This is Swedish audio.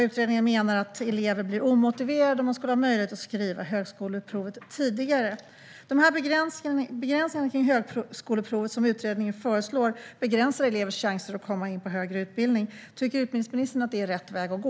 Utredningen menar att elever blir omotiverade om man skulle ha möjlighet att skriva högskoleprovet tidigare. De begränsningar kring högskoleprovet som utredningen föreslår begränsar elevers chanser att komma in på högre utbildning. Tycker utbildningsministern att det är rätt väg att gå?